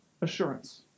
assurance